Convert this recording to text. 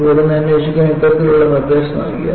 ബോർഡിന് അന്വേഷിക്കാൻ ഇത്തരത്തിലുള്ള നിർദ്ദേശം നൽകി